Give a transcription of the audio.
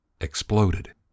exploded